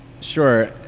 Sure